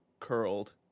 curled